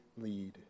lead